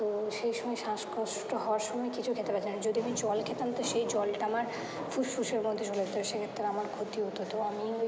তো সেই সময় শ্বাসকষ্ট হওয়ার সময় কিছু খেতে পাচ্ছিলাম না যদি আমি জল খেতাম তো সেই জলটা আমার ফুসফুসের মধ্যে চলে যেতো সেক্ষেত্রে আমার ক্ষতি হতো তো আমি ওই